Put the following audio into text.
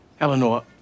Eleanor